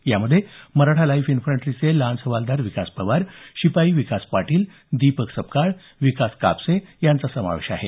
यामध्ये मराठा लाइट इन्फंट्रीचे लान्स हवालदार विकास पवार शिपाई विकास पाटील दीपक सपकाळ विकास कापसे यांचा समावेश आहे